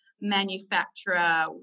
manufacturer